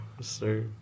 Sir